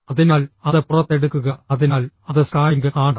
അതിനാൽ അത് പുറത്തെടുക്കുക അതിനാൽ അത് സ്കാനിംഗ് ആണ്